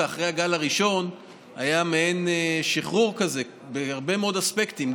אחרי הגל הראשון היה מעין שחרור כזה בהרבה מאוד אספקטים,